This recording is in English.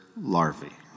larvae